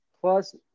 Plus